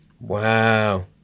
Wow